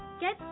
get